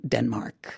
Denmark